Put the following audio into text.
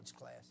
class